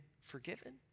forgiven